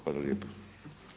Hvala lijepa.